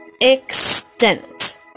extent